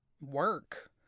work